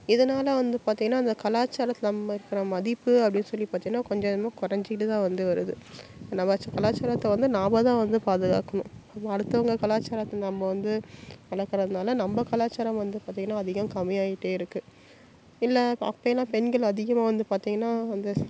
இதனால் வந்து பார்த்திங்கனா அந்த கலாச்சாரத்தில் நம்ம இருக்கிற மதிப்பு அப்படினு சொல்லி பார்த்திங்கனா கொஞ்சம் கொஞ்சமாக குறைஞ்சிக்கிட்டு தான் வந்து வருது நம்ம கலாச்சாரத்தை வந்து நாம தான் வந்து பாதுகாக்கணும் நம்ம அடுத்தவங்க கலாச்சாரத்தை நம்ம வந்து கலக்கிறதுனால நம்ம கலாச்சாரம் வந்து பார்த்திங்கனா அதிகம் கம்மியாயிட்டே இருக்கு இல்லை அப்போயெல்லாம் பெண்கள் அதிகமாக வந்து பார்த்திங்கனா அந்த